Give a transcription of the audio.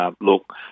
Look